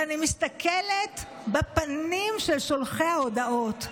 ואני מסתכלת בפנים של שולחי ההודעות,